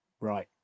right